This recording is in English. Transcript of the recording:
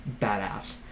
badass